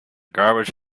garbage